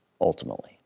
ultimately